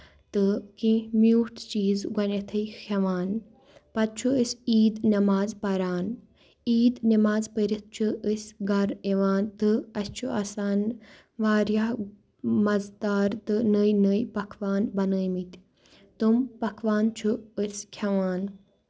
تہٕ کینٛہہ میوٗٹھ چیٖز گۄڈنٮ۪تھٕے کھٮ۪وان پَتہٕ چھُ أسۍ عیٖد نٮ۪ماز پَران عیٖد نٮ۪ماز پٔرِتھ چھِ أسۍ گَرٕ یِوان تہٕ اَسہِ چھُ آسان واریاہ مَزٕدار تہٕ نٔے نٔے پَکوان بَنٲومٕتۍ تِم پَکوان چھُ أسۍ کھٮ۪وان